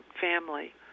family